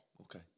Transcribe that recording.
Okay